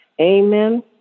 Amen